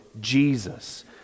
Jesus